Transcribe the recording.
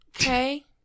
okay